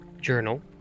journal